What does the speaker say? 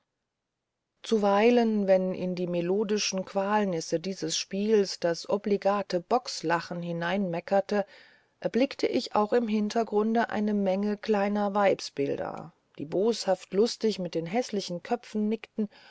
zuweilen wenn in die melodischen qualnisse dieses spiels das obligate bockslachen hineinmeckerte erblickte ich auch im hintergrunde eine menge kleiner weibsbilder die boshaft lustig mit den häßlichen köpfen nickten